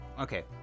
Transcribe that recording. Okay